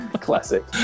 Classic